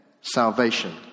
salvation